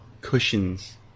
cushions